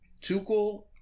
Tuchel